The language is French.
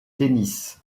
tennis